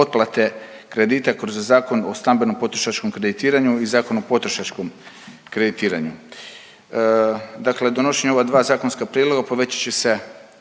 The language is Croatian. otplate kredita kroz Zakon o stambenom potrošačkom kreditiranju i Zakon o potrošačkom kreditiranju. Dakle, donošenjem ova dva zakonska prijedloga povećat će se